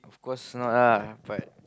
of course not ah but